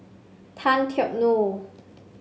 Tan Teck Neo